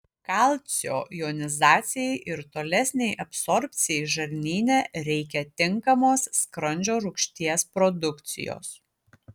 kalcio jonizacijai ir tolesnei absorbcijai žarnyne reikia tinkamos skrandžio rūgšties produkcijos